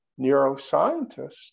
neuroscientists